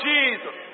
Jesus